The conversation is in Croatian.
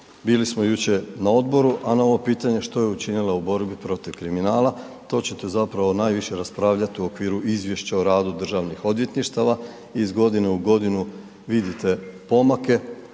bili smo jučer na odboru, a na ovo pitanje što je učinila u borbi protiv kriminala, to ćete zapravo najviše raspravljati u okviru izvješća o radu Državnih odvjetništava, iz godine u godinu vidite pomake.